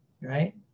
right